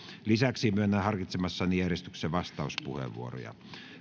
lisäksi myönnän harkitsemassani järjestyksessä vastauspuheenvuoroja